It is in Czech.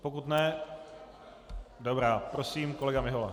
Pokud ne dobrá, prosím, kolega Mihola.